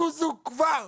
זוזו כבר!